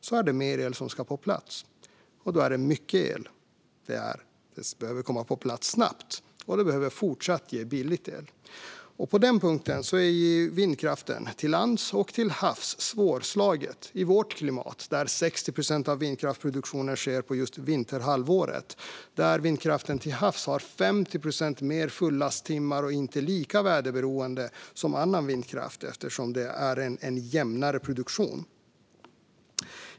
Då behöver mer el - mycket el - komma på plats snabbt, och elen behöver fortsatt vara billig. På den punkten är vindkraft på land och till havs svårslagen i vårt klimat, där 60 procent av vindkraftsproduktionen sker på vinterhalvåret och där vindkraften till havs har 50 procent mer fullasttimmar och inte är lika väderberoende som annan vindkraft eftersom den har en jämnare produktion.